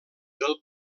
del